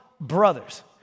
brothers